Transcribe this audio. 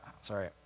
sorry